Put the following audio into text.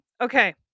okay